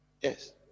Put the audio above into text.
yes